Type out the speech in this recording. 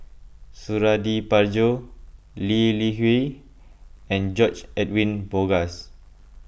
Suradi Parjo Lee Li Hui and George Edwin Bogaars